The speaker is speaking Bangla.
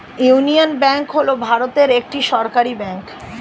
ইউনিয়ন ব্যাঙ্ক হল ভারতের একটি সরকারি ব্যাঙ্ক